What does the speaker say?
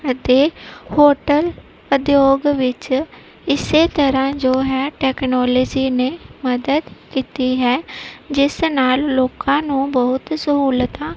ਅਤੇ ਹੋਟਲ ਉਦਯੋਗ ਵਿੱਚ ਇਸ ਤਰ੍ਹਾਂ ਜੋ ਹੈ ਟੈਕਨੋਲਜੀ ਨੇ ਮਦਦ ਕੀਤੀ ਹੈ ਜਿਸ ਨਾਲ ਲੋਕਾਂ ਨੂੰ ਬਹੁਤ ਸਹੂਲਤਾਂ